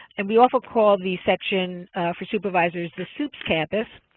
and we also call the section for supervisors the sups campus.